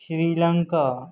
Sri Lanka